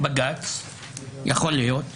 בנוסף, כששר מתפטר, לא כל הממשלה מוחלפת.